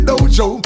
Dojo